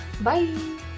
Bye